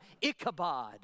Ichabod